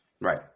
Right